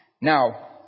Now